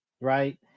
right